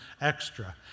extra